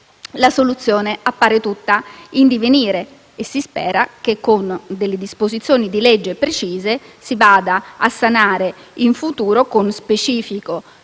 la soluzione appare tutta in divenire e si spera che, con delle disposizioni di legge precise, si vada a sanare la situazione, in